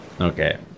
Okay